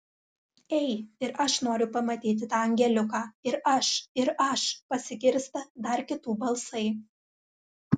ei ir aš noriu pamatyti tą angeliuką ir aš ir aš pasigirsta dar kitų balsai